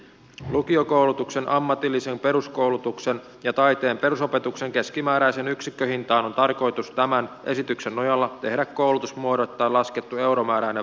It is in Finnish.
lukiokoulutuksen ammatillisen peruskoulutuksen ja taiteen perusopetuksen keskimääräiseen yksikköhintaan on tarkoitus tämän esityksen nojalla tehdä koulutusmuodoittain laskettu euromääräinen vähennys